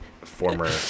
former